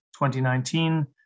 2019